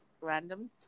random